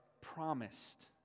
promised